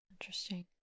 Interesting